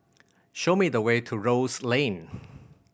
show me the way to Rose Lane